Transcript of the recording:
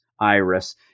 Iris